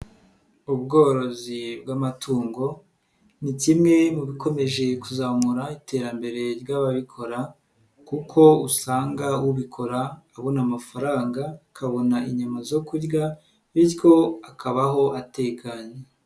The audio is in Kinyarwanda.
Ubworozi bw'amatungo ni kimwe mu bikomeje kuzamura iterambere ry'ababikora kuko usanga ubikora abona amafaranga, akabona inyama zo kurya bityo akabaho atekanye.